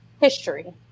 history